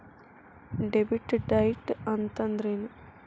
Debit diet ಅಂತಂದ್ರೇನು?